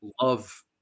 love